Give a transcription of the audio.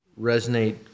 resonate